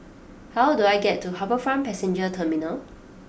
how do I get to HarbourFront Passenger Terminal